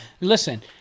listen